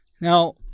Now